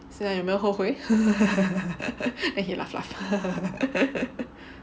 现在有没有后悔 then he laugh laugh